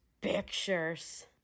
pictures